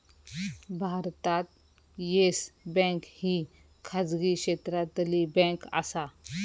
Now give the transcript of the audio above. भारतात Yes Bank ही खाजगी क्षेत्रातली बँक आसा